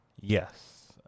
Yes